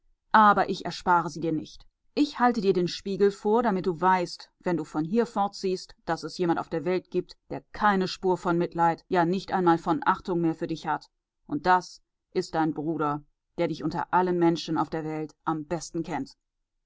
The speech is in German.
aber ich erspare sie dir nicht ich halte dir den spiegel vor damit du weißt wenn du von hier fortziehst daß es jemand auf der welt gibt der keine spur von mitleid ja nicht einmal von achtung mehr für dich hat und das ist dein bruder der dich unter allen menschen auf der welt am besten kennt